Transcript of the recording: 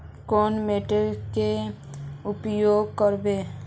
कौन मोटर के उपयोग करवे?